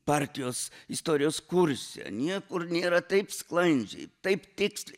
partijos istorijos kurse niekur nėra taip sklandžiai taip tiksliai